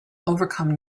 overcome